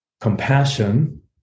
compassion